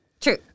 True